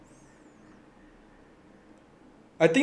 I think no need to stay hall already lah